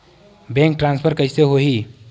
Bank transfer कइसे होही?